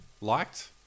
liked